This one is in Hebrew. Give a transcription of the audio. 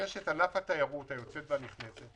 ויש את ענף התיירות היוצאת והנכנסת